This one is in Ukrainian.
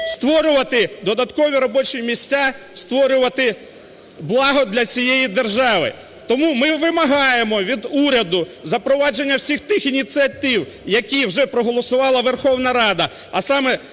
створювати додаткові робочі місця, створювати благо для цієї держави. Тому ми вимагаємо від уряду запровадження всіх тих ініціатив, які вже проголосувала Верховна Рада,